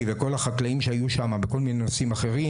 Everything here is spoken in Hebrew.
ולכל החקלאים שהיו שם בכל מיני נושאים אחרים,